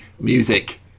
music